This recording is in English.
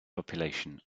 population